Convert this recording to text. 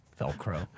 Velcro